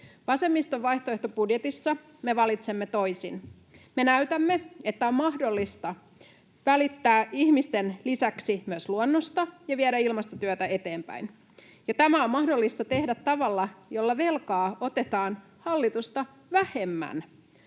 Vasemmiston vaihtoehtobudjetissa me valitsemme toisin. Me näytämme, että on mahdollista välittää ihmisten lisäksi myös luonnosta ja viedä ilmastotyötä eteenpäin. Ja tämä on mahdollista tehdä tavalla, jolla velkaa otetaan hallitusta vähemmän.